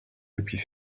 depuis